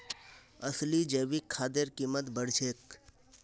असली जैविक खादेर कीमत बढ़ छेक